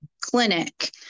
clinic